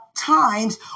times